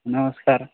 ନମସ୍କାର